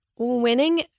winning